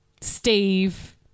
Steve